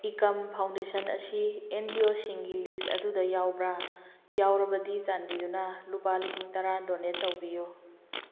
Ekam foundation ꯑꯁꯤ ꯑꯦꯟꯖꯤꯑꯣꯁꯤꯡꯒꯤ ꯂꯤꯁ ꯑꯗꯨꯗ ꯌꯥꯎꯕ꯭ꯔꯥ ꯌꯥꯎꯔꯕꯗꯤ ꯆꯥꯟꯕꯤꯗꯨꯅ ꯂꯨꯄꯥ ꯂꯤꯁꯤꯡ ꯇꯔꯥ ꯗꯣꯅꯦꯠ ꯇꯧꯕꯤꯌꯨ